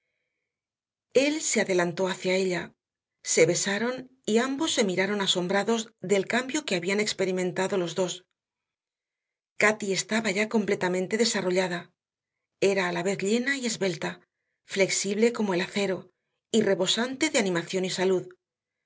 el se adelantó hacia ella se besaron y ambos se miraron asombrados del cambio que habían experimentado los dos cati estaba ya completamente desarrollada era a la vez llena y esbelta flexible como el acero y rebosante de animación y salud